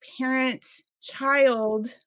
parent-child